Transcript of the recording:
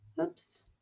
Oops